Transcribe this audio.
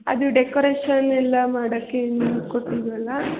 ಅದು ಡೆಕೋರೇಷನ್ ಎಲ್ಲ ಮಾಡಕ್ಕೆ ನಿಮಗೆ ಕೊಟ್ಟಿದ್ದೆವಲ್ಲ